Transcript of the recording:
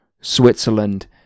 Switzerland